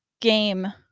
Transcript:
game